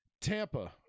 Tampa